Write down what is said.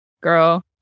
girl